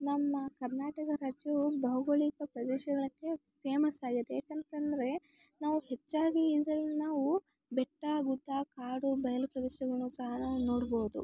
ನಮ್ಮ ಕರ್ನಾಟಕ ರಾಜ್ಯವು ಭೌಗೋಳಿಕ ಪ್ರದೇಶಗಳಕ್ಕೆ ಫೇಮಸ್ ಆಗಿದೆ ಏಕಂತಂದರೆ ನಾವು ಹೆಚ್ಚಾಗಿ ಇದ್ರಲ್ಲಿ ನಾವು ಬೆಟ್ಟ ಗುಡ್ಡ ಕಾಡು ಬಯಲು ಪ್ರದೇಶಗಳನ್ನೂ ಸಹ ನಾವು ನೋಡ್ಬೋದು